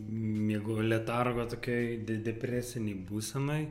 miego letargo tokioj depresinėj būsenoj